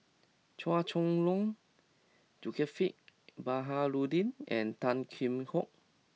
Chua Chong Long Zulkifli Baharudin and Tan Kheam Hock